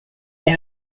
they